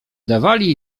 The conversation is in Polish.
dawali